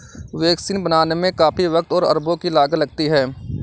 vaccine बनाने में काफी वक़्त और अरबों की लागत लगती है